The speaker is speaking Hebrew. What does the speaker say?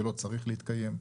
זה לא צריך להתקיים.